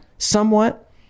Somewhat